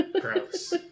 Gross